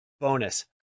bonus